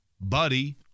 buddy